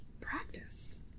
practice